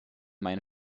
main